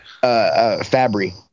Fabry